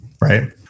right